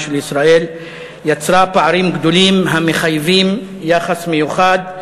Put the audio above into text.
של ישראל יצרה פערים גדולים המחייבים יחס מיוחד,